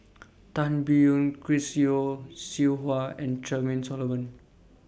Tan Biyun Chris Yeo Siew Hua and Charmaine Solomon